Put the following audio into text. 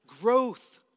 Growth